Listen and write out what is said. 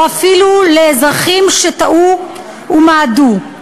או אפילו לאזרחים שטעו ומעדו.